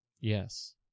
Yes